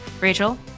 Rachel